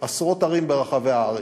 בעשרות ערים ברחבי הארץ.